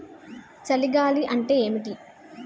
చలి గాలి అంటే ఏమిటి?